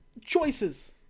choices